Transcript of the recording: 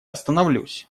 остановлюсь